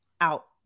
out